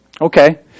Okay